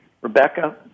Rebecca